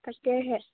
তাকেহে